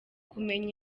kumenya